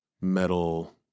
metal